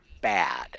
bad